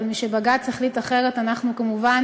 אבל משהחליט בג"ץ אחרת אנחנו כמובן